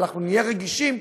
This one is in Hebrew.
אבל אנחנו נהיה רגישים,